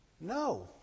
No